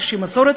איזושהי מסורת,